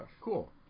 Cool